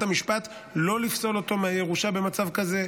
המשפט לא לפסול אותו מהירושה במצב כזה,